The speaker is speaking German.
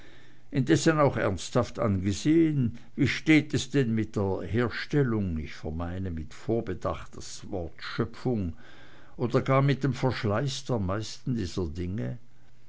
indessen auch ernsthaft angesehen wie steht es denn mit der herstellung ich vermeide mit vorbedacht das wort schöpfung oder gar mit dem verschleiß der meisten dieser dinge